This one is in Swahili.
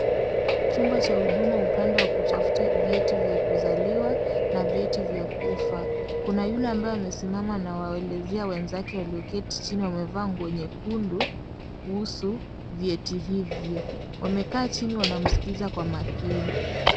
Chumba cha huduma upanda wa kutafuta vyeti vya kuzaliwa na vyeti vya kufa. Kuna yule ambaye amesimama anawaelezea wenzake walioketi chini wamevaa nguo nyekundu, kuhusu, vyeti hivyo. Wamekaa chini wanamskiza kwa makini.